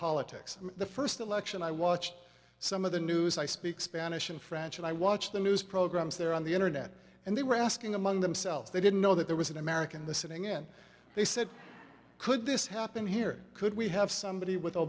politics the first election i watched some of the news i speak spanish and french and i watched the news programs there on the internet and they were asking among themselves they didn't know that there was an american the sitting in they said could this happen here could we have somebody with